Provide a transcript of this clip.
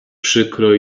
przykro